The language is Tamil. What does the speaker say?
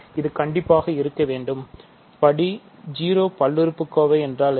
இது கண்டிப்பாக இருக்க வேண்டும் படி 0 பல்லுறுப்புக்கோவை என்றால் என்ன